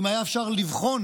אם היה אפשר לבחון